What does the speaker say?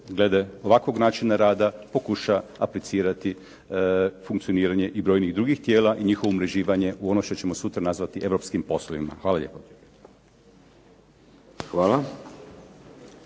glede ovakvog načina rada pokuša aplicirati i funkcioniranje brojnih drugih tijela i njihovo umrežavanje u ono što ćemo sutra nazvati Europskim poslovima. Hvala lijepo.